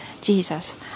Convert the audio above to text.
Jesus